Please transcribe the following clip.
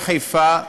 חיפה,